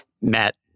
Matt